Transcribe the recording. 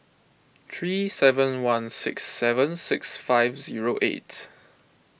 three seven one six seven six five zero eight